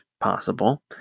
possible